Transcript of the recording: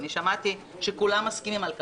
שמעתי שכולם מסכימים על כך,